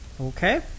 Okay